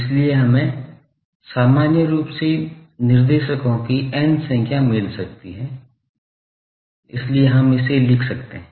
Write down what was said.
इसलिए हमें सामान्य रूप से निर्देशकों की n संख्या मिल सकती है इसलिए हम इसे लिख सकते हैं